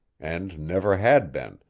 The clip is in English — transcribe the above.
and never had been,